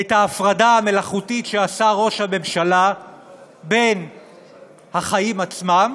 את ההפרדה המלאכותית שעשה ראש הממשלה בין החיים עצמם